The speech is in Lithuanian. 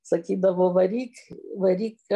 sakydavo varyk varyk